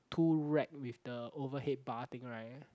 two rack with the overhead parting right